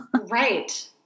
Right